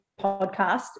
podcast